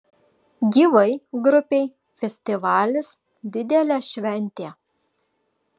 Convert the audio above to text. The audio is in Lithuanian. gyvai grupei festivalis didelė šventė